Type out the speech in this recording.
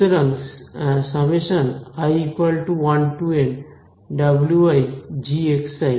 সুতরাং wig আমরা xiwi জানি